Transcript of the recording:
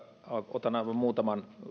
otan aivan muutaman